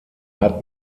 hat